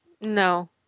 No